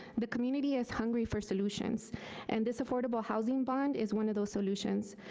the community is hungry for solutions and this affordable housing bond is one of those solutions.